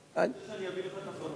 אבל, אתה רוצה שאני אביא לך את הפרטים?